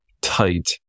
tight